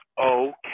okay